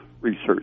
research